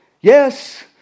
yes